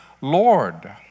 Lord